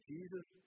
Jesus